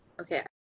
Okay